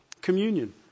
communion